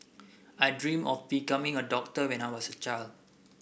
I dreamt of becoming a doctor when I was a child